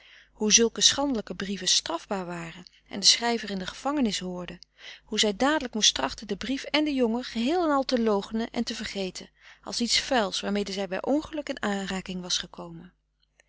hoe zulke schandelijke brieven strafbaar waren en de schrijver in de gevangenis hoorde hoe zij dadelijk moest trachten den brief en den jongen geheel en al te loochenen en te vergeten als iets vuils waarmede zij bij ongeluk in aanraking was gekomen